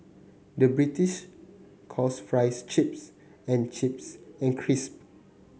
the British calls fries chips and chips and crisp